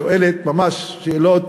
שואלת ממש שאלות.